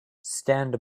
stand